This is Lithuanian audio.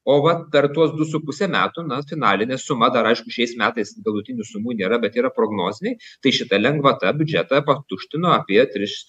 o va per tuos du su puse metų na finalinė suma dar aišku šiais metais galutinių sumų nėra bet yra prognoziniai tai šita lengvata biudžetą patuštino apie tris